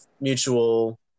mutual